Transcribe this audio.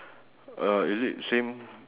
um I heard